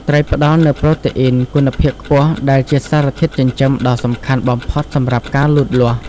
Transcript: ត្រីផ្តល់នូវ ប្រូតេអ៊ីន គុណភាពខ្ពស់ ដែលជាសារធាតុចិញ្ចឹមដ៏សំខាន់បំផុតសម្រាប់ការលូតលាស់។